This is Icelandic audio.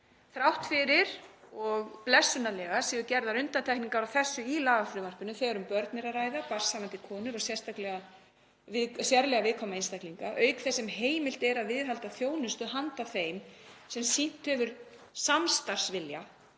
Þrátt fyrir að blessunarlega séu gerðar undantekningar á þessu í lagafrumvarpinu þegar um börn er að ræða, barnshafandi konur og sérlega viðkvæma einstaklinga, auk þess sem heimilt er að viðhalda þjónustu handa þeim sem sýnt hefur samstarfsvilja